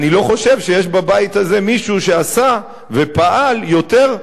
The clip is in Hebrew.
אני לא חושב שיש בבית הזה מישהו שעשה ופעל יותר,